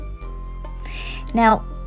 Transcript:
now